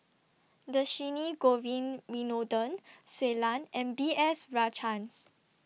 Dhershini Govin Winodan Shui Lan and B S Rajhans